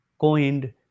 coined